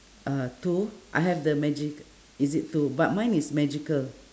uh two I have the magic is it two but mine is magical